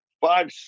five